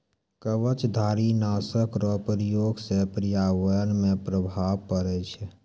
कवचधारी नाशक रो प्रयोग से प्रर्यावरण मे प्रभाव पड़ै छै